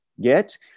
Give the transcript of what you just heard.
get